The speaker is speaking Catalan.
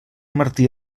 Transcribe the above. martí